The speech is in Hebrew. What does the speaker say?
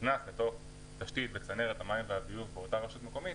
נכנס לתוך תשתית המים והביוב באותה רשות מקומית,